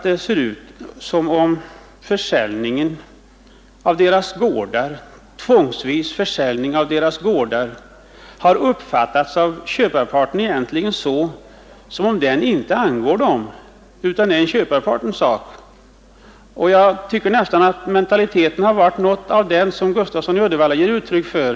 Det ser ut som om en försäljning tvångsvis av deras gårdar av köparparten har uppfattats som om den saken inte angår dessa människor utan bara köparparten själv. Herr Gustafsson i Uddevalla gav här uttryck för den mentaliteten att säljarna borde känna tacksamhet.